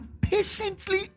patiently